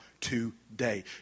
today